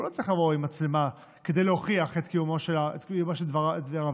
והוא לא צריך לבוא עם מצלמה כדי להוכיח את קיומו של דבר עבירה.